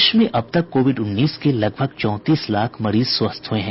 देश में अब तक कोविड उन्नीस के लगभग चौंतीस लाख मरीज स्वस्थ हुए हैं